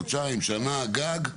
חודשיים או שנה גג.